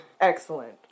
Excellent